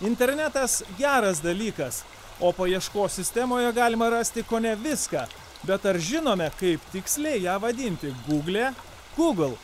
internetas geras dalykas o paieškos sistemoje galima rasti kone viską bet ar žinome kaip tiksliai ją vadinti gūglė google